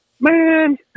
man